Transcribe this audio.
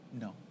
No